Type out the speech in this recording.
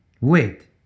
Wait